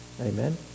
Amen